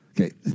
Okay